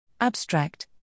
Abstract